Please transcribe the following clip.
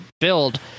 build